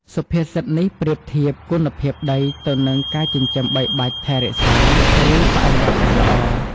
សុភាសិតនេះប្រៀបធៀបគុណភាពដីទៅនឹងការចិញ្ចឹមបីបាច់ថែរក្សា ឬបរិយាកាសល្អ។